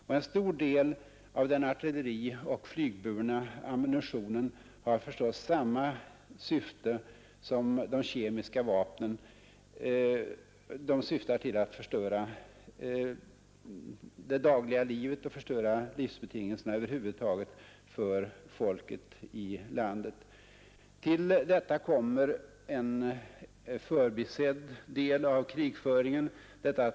Också största delen av den artillerioch flygburna ammunitionen har förstås samma syfte som de kemiska vapnen och jordskraporna. Syftet är att utrota människor, djur och växter, förstöra det dagliga livet och förstöra livsbetingelserna över huvud taget för folket i landet. Till detta kommer en hos oss förbisedd del av krigsföringen.